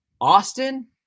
Austin